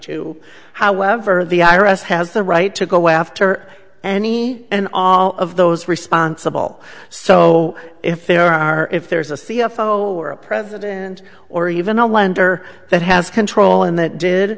two however the iris has the right to go after any and all of those responsible so if there are if there is a c f o or a president or even a lender that has control and that did